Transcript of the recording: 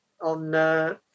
on